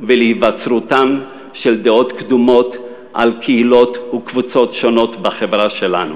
ולהיווצרות דעות קדומות על קהילות וקבוצות בחברה שלנו.